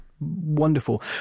wonderful